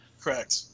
Correct